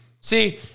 See